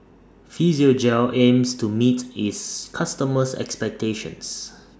Physiogel aims to meet its customers' expectations